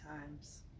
times